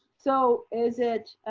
so is it?